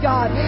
God